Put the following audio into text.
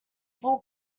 full